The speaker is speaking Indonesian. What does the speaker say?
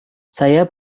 saya